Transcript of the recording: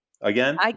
Again